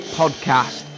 podcast